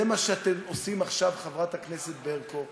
זה מה שאתם עושים עכשיו, חברת הכנסת ברקו.